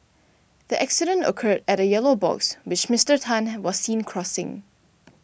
the accident occurred at a yellow box which Mister Tan was seen crossing